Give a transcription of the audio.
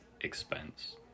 expense